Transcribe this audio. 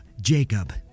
Jacob